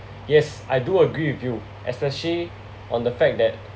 yes I do agree with you especially on the fact that